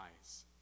eyes